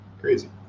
Crazy